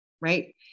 right